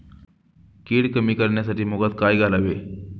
कीड कमी करण्यासाठी मुगात काय घालावे?